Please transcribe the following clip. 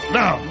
now